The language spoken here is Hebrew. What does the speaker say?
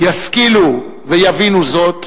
ישכילו ויבינו זאת,